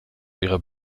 ihrer